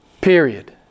Period